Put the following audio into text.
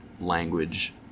language